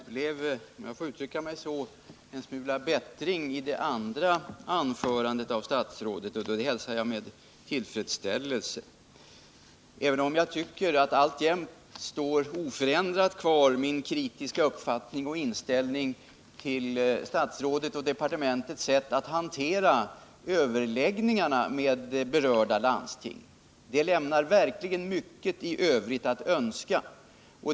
Herr talman! Det blev, om jag får uttrycka mig så, en smula bättring i det andra anförandet av statsrådet, och det hälsar jag med tillfredsställelse. Min kritiska inställning till statsrådets och departementets sätt att hantera överläggningarna med berörda landsting står emellertid kvar oförändrad. Det lämnar verkligen mycket övrigt att önska.